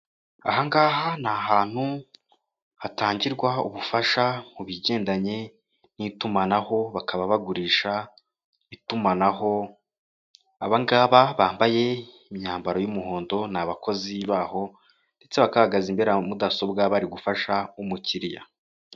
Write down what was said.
Aha ngaha ni ahantu hatangirwa ubufasha mu bigendanye n'itumanaho bakaba bagurisha itumanaho abangaba bambaye imyambaro y'umuhondo ni abakozi baho ndetse bakaba bahaga imbere ya mudasobwa bari gufasha umukiriya.